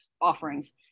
offerings